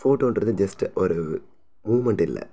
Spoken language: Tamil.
ஃபோட்டோன்றது ஜஸ்ட்டு ஒரு மூவ்மெண்ட் இல்லை